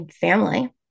family